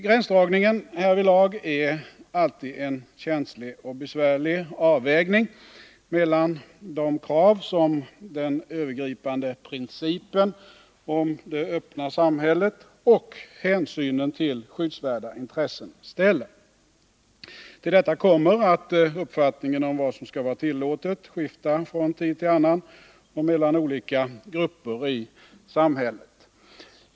Gränsdragningen härvidlag är alltid en känslig och besvärlig avvägning mellan de krav som den övergripande principen om det öppna samhället och hänsynen till skyddsvärda intressen ställer. Till detta kommer att uppfattningen om vad som skall vara tillåtet skiftar från tid till annan och mellan olika grupper i samhället.